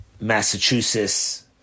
Massachusetts